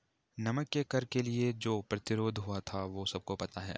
नमक के कर के लिए जो प्रतिरोध हुआ था वो सबको पता है